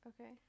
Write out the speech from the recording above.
Okay